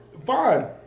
Fine